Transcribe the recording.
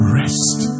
rest